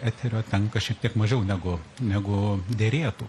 eterio tenka šiek tiek mažiau negu negu derėtų